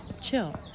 chill